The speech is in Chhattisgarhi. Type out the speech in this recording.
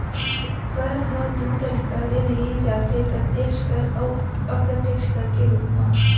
कर ह दू तरीका ले लेय जाथे प्रत्यक्छ कर अउ अप्रत्यक्छ कर के रूप म